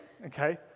Okay